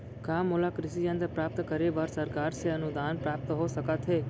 का मोला कृषि यंत्र प्राप्त करे बर सरकार से अनुदान प्राप्त हो सकत हे?